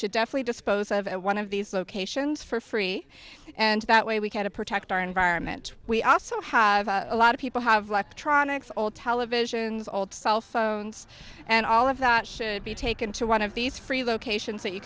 should definitely dispose of at one of these locations for free and that way we can to protect our environment we also have a lot of people have left tronics all televisions old cell phones and all of that should be taken to one of these free locations that you